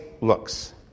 looks